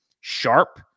sharp